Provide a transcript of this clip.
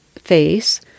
face